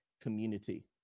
community